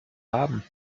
haben